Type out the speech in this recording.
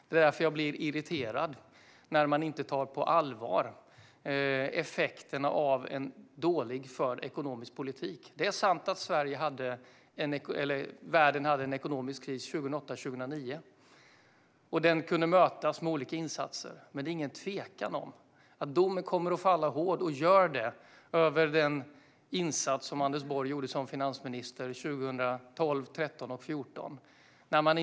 Därför blir jag också irriterad när man inte tar effekterna av en dåligt förd ekonomisk politik på allvar. Det är sant att världen hade en ekonomisk kris 2008 och 2009. Den kunde mötas med olika insatser, men det råder ingen tvekan om att domen kommer att falla hårt, och gör det, över den insats som Anders Borg gjorde som finansminister 2012, 2013 och 2014.